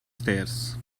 stairs